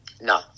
No